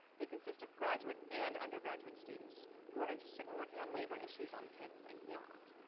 they consist of graduate and undergraduate students who are interested in working on labor issues on the campus and beyond.